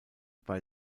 bei